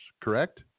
Correct